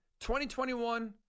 2021